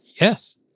Yes